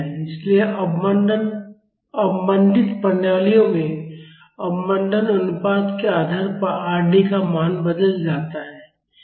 इसलिए अवमंदित प्रणालियों में अवमंदन अनुपात के आधार पर Rd का मान बदल जाता है